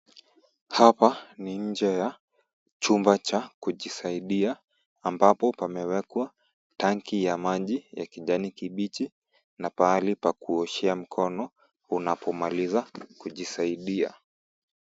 Hapa ni nje ya chumba cha kujisaidia, ambapo pamewekwa tanki ya maji ya kijani kibichi na pahali pa kuoshea mkono, unapomaliza kujisaidia.